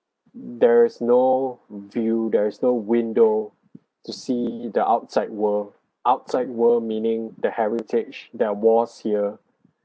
there is no view there is no window to see the outside world outside world meaning the heritage that was here